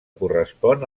correspon